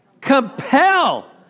Compel